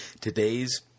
today's